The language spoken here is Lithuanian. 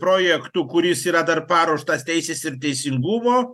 projektu kuris yra dar paruoštas teisės ir teisingumo